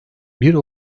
bir